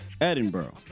Edinburgh